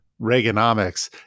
Reaganomics